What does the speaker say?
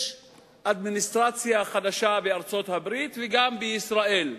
יש אדמיניסטרציה חדשה בארצות-הברית וגם בישראל.